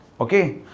okay